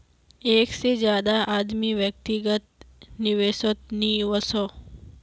एक से ज्यादा आदमी व्यक्तिगत निवेसोत नि वोसोह